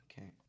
Okay